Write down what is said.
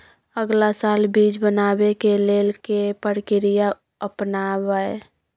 अगला साल बीज बनाबै के लेल के प्रक्रिया अपनाबय?